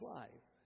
life